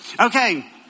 Okay